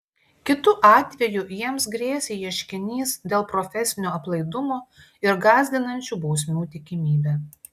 kitu atveju jiems grėsė ieškinys dėl profesinio aplaidumo ir gąsdinančių bausmių tikimybė